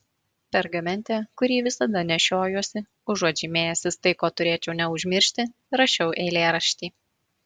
pergamente kurį visada nešiojuosi užuot žymėjęsis tai ko turėčiau neužmiršti rašiau eilėraštį